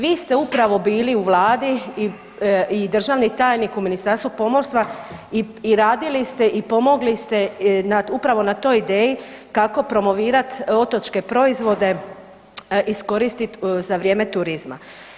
Vi ste upravo bili u Vladi i državni tajnik u Ministarstvu pomorstva i radili ste i pomogli ste upravo na toj ideji kako promovirat otočke proizvode, iskoristi za vrijeme turizma.